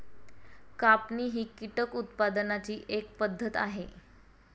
कापणी ही कीटक उत्पादनाची एक पद्धत आहे